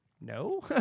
No